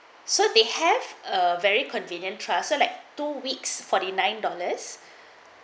so they have a very convenient trust are like two weeks forty nine dollars